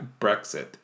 Brexit